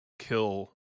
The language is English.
kill